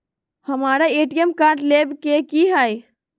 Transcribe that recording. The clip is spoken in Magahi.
हमारा ए.टी.एम कार्ड लेव के हई